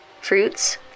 fruits